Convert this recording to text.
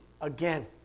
again